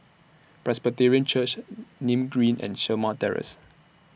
Presbyterian Church Nim Green and Shamah Terrace